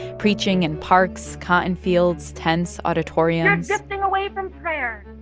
preaching in parks, cotton fields, tents, auditoriums you're drifting away from prayer,